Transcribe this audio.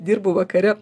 dirbu vakare